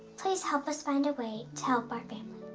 please help us find a way to help our